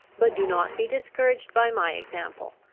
but do not be discouraged by my example.